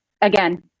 again